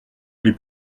aller